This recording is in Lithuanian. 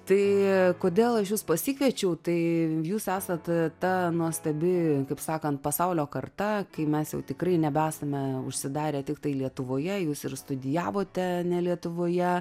tai kodėl aš jus pasikviečiau tai jūs esat ta nuostabi kaip sakant pasaulio karta kai mes jau tikrai nebesame užsidarę tiktai lietuvoje jūs ir studijavote ne lietuvoje